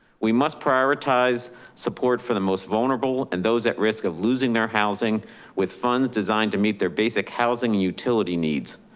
we must prioritize support for the most vulnerable and those at risk of losing their housing with funds designed to meet their basic housing and utility needs.